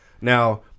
Now